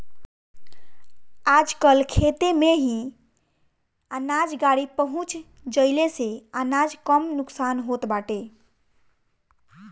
आजकल खेते में ही अनाज गाड़ी पहुँच जईले से अनाज कम नुकसान होत बाटे